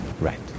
Right